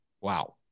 Wow